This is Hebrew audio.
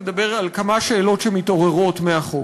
לדבר על כמה שאלות שמתעוררות מהחוק.